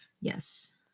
Yes